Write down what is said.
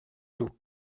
του